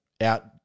out